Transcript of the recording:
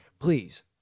Please